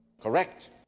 Correct